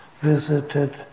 visited